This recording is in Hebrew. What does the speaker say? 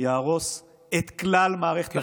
יהרוס את כלל מערכת החינוך.